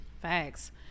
facts